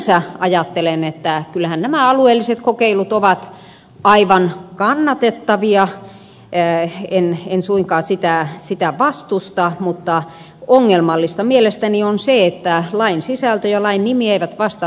sinänsä ajattelen että kyllähän nämä alueelliset kokeilut ovat aivan kannatettavia en suinkaan niitä vastusta mutta ongelmallista mielestäni on se että lain sisältö ja lain nimi eivät vastaa toisiaan